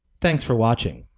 thanks for watching.